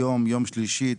היום יום שלישי,